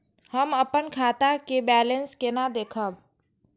हम अपन खाता के बैलेंस केना देखब?